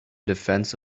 defense